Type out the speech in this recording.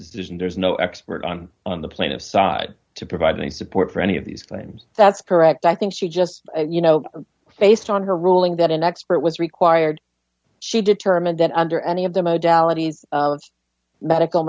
decision there's no expert on on the plaintiff side to provide any support for any of these claims that's correct i think she just you know based on her ruling that an expert was required she determined that under any of the